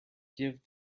give